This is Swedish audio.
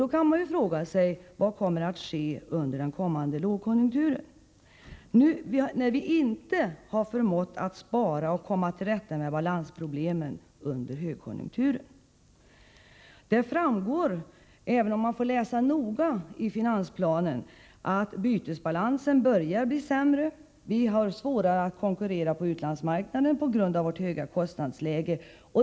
Då kan man fråga sig vad som kommer att ske under den kommande lågkonjunkturen, när vi inte har förmått att spara och komma till rätta med balansproblemen under högkonjunkturen. Det framgår, även om man får läsa noga i finansplanen, att bytesbalansen börjar bli sämre. Vi har svårare att konkurrera på utlandsmarknaden på grund av vårt höga kostnadsläge.